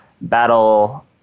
battle